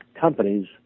companies